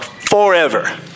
Forever